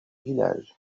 village